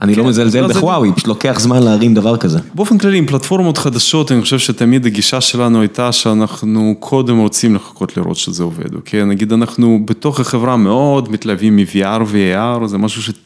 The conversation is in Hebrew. אני לא מזלזל ב-Huawei, פשוט לוקח זמן להרים דבר כזה. באופן כללי, עם פלטפורמות חדשות, אני חושב שתמיד הגישה שלנו הייתה שאנחנו קודם רוצים לחכות לראות שזה עובד, אוקיי? נגיד אנחנו בתוך החברה מאוד מתלהבים מ-VR ו-AR, זה משהו ש...